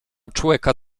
człeka